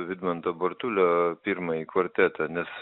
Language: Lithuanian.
vidmanto bartulio pirmąjį kvartetą nes